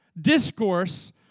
discourse